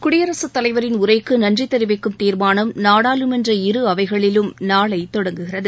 குடியரசுத் தலைவரின் உரைக்கு நன்றி தெரிவிக்கும் தீர்மானம் நாடாளுமன்ற இரு அவைகளிலும் நாளை தொடங்குகிறது